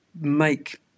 make